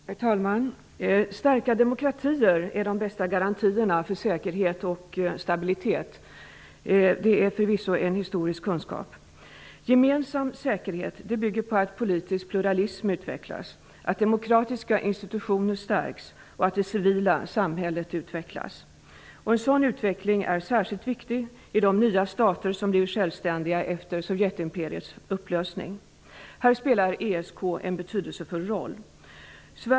Herr talman! Starka demokratier är de bästa garantierna för säkerhet och stabilitet. Det är förvisso en historisk kunskap. Gemensam säkerhet bygger på att politisk pluralism utvecklas, att demokratiska institutioner stärks och att det civila samhället utvecklas. En sådan utveckling är särskild viktig i de nya stater som blivit självständiga efter sovjetimperiets upplösning. Här spelar ESK en betydelsefull roll.